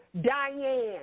Diane